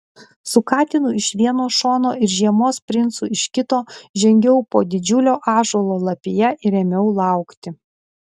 su katinu iš vieno šono ir žiemos princu iš kito žengiau po didžiulio ąžuolo lapija ir ėmiau laukti